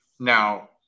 Now